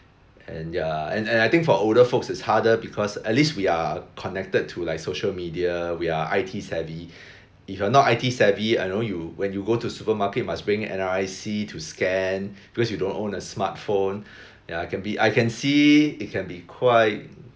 and ya and and I think for older folks it's harder because at least we are connected to like social media we are I_T savvy if you are not I_T savvy I know you when you go to supermarket must bring N_R_I_C to scan because you don't own a smartphone ya can be I can see it can be quite